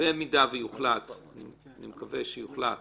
במידה ויוחלט אני מקווה שיוחלט